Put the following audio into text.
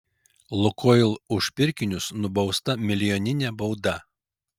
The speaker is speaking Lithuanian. lukoil už pirkinius nubausta milijonine bauda